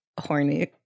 horny